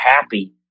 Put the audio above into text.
happy